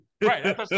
Right